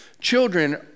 children